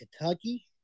Kentucky